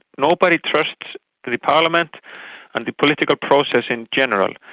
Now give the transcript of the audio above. nobody trusts the parliament and the political process in general.